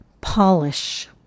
Polish